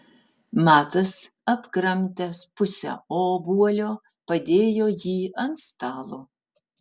matas apkramtęs pusę obuolio padėjo jį ant stalo